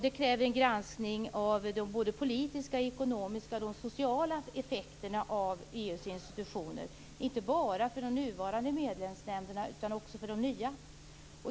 Det kräver en granskning av de politiska, ekonomiska och sociala effekterna av EU:s institutioner, inte bara för de nuvarande medlemsländerna utan också för de nya.